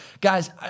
guys